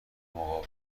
مقاوم